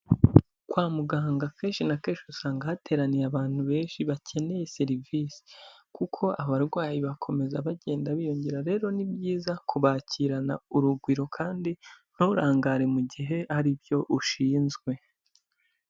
Kwa muganga kenshi na kenshi usanga hateraniye abantu benshi bakeneye serivisi kuko abarwayi bakomeza bagenda biyongera, rero ni byiza kubakirana urugwiro kandi nturangare mu gihe ari byo ushinzwe.